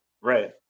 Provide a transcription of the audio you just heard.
right